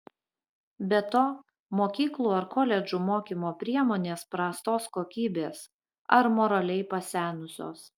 be to mokyklų ar koledžų mokymo priemonės prastos kokybės ar moraliai pasenusios